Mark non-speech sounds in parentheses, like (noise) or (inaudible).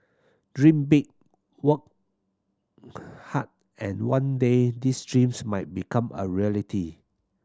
dream big work (noise) hard and one day these dreams might become a reality